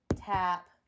tap